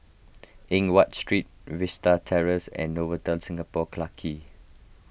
Eng Watt Street Vista Terrace and Novotel Singapore Clarke Quay